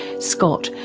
scott,